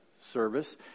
service